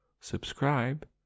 subscribe